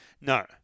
No